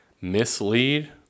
mislead